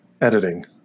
editing